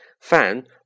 Fan